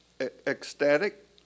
ecstatic